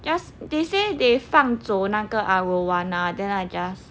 just they say they 放走那个 arowana then I just